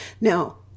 Now